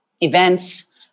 events